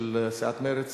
של סיעת מרצ